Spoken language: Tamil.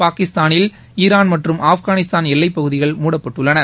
பாகிஸ்தானில் ஈரான் மற்றும் ஆப்கானிஸ்தான் எல்லைப் பகுதிகள் மூடப்பட்டுள்ளன